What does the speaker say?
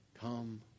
Come